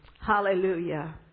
Hallelujah